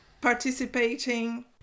participating